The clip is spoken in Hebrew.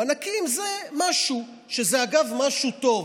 מענקים זה משהו, וזה, אגב, משהו טוב.